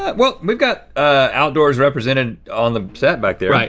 but well, we've got outdoors represented on the set back there. right,